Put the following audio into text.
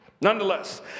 Nonetheless